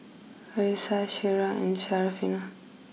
Arissa Syirah and Syarafina